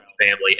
family